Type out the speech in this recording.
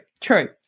true